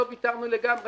לא ויתרנו לגמרי,